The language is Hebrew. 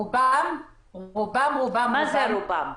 רובן --- מה זה רובן?